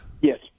Yes